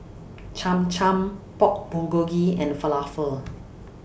Cham Cham Pork Bulgogi and Falafel